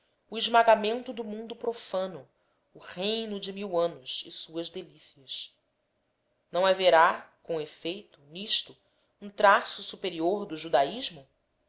o esmagamento do mundo profano o reino de mil anos e suas delícias não haverá com efeito nisto um traço superior do judaísmo